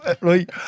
right